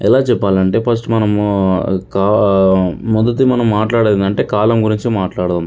ఎలా చెప్పాలి అంటే ఫస్ట్ మనము కా మొదటి మనం మాట్లాడేది అంటే కాలం గురించి మాట్లాడటం